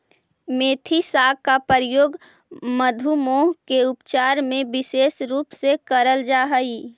मेथी साग का प्रयोग मधुमेह के उपचार में विशेष रूप से करल जा हई